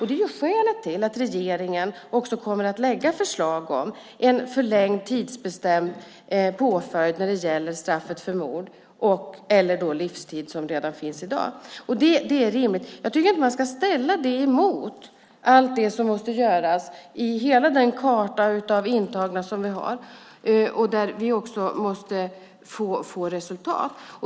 Det är skälet till att regeringen kommer att lägga fram förslag om en förlängd, tidsbestämd påföljd när det gäller straffet för mord, eller livstid, som redan finns i dag. Det är rimligt. Jag tycker inte att man ska ställa det emot allt det som måste göras med hela den karta av intagna som vi har och där vi också måste få resultat.